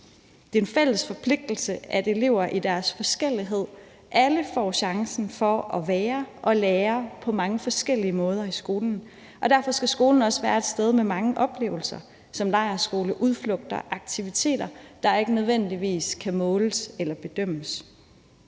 Det er en fælles forpligtelse, at elever i deres forskellighed alle får chancen for at være og lære på mange forskellige måder i skolen, og derfor skal skolen også være et sted med mange oplevelser som lejrskole, udflugter og aktiviteter, der ikke nødvendigvis kan måles eller bedømmes.